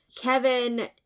Kevin